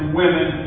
women